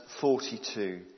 42